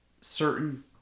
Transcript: certain